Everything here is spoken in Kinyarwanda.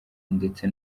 ndetse